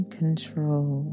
control